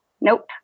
nope